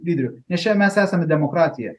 lyderių nes čia mes esame demokratija